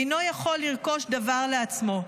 אינו יכול לרכוש דבר לעצמו,